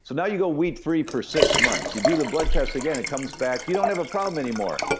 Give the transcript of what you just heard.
so now you go wheat-free for six months. you do the blood test again, it comes back you don't have a problem anymore.